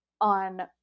on